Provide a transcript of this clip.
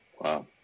Wow